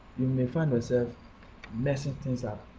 you may find yourself messing things up.